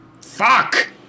Fuck